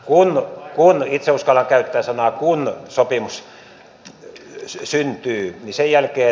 kun itse uskallan käyttää sitä sanaa sopimus syntyy niin sen jälkeen